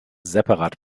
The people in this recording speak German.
separat